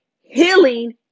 healing